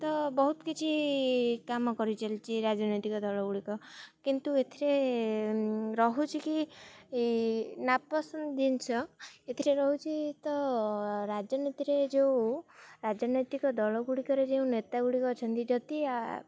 ତ ବହୁତ କିଛି କାମ କରିଚାଲିଚି ରାଜନୈତିକ ଦଳଗୁଡ଼ିକ କିନ୍ତୁ ଏଥିରେ ରହୁଛି କି ନାପସନ୍ଦ ଜିନିଷ ଏଥିରେ ରହୁଛି ତ ରାଜନୀତିରେ ଯେଉଁ ରାଜନୈତିକ ଦଳଗୁଡ଼ିକରେ ଯେଉଁ ନେତାଗୁଡ଼ିକ ଅଛନ୍ତି ଯଦି